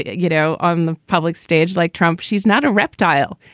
you know, on the public stage, like trump, she's not a reptile.